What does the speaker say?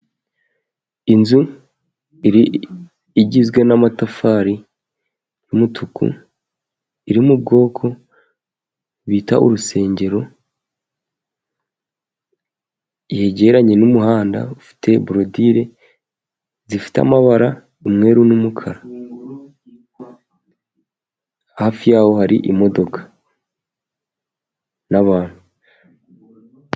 Inzu igizwe n'amatafari y'umutuku, iri mu bwoko bita urusengero, yegeranye n'umuhanda ufite borodire zifite amabara, umweru n'umukara. Hafi ya ho hari imodoka n'abantu.